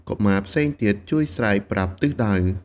កុមារផ្សេងទៀតជួយស្រែកប្រាប់ទិសដៅ។